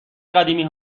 قدیمی